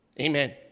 Amen